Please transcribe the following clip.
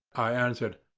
i answered,